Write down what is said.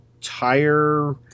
tire –